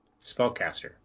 Spellcaster